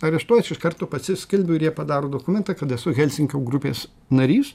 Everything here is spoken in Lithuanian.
areštuoja aš iš karto pasiskelbiu ir jie padaro dokumentą kad esu helsinkio grupės narys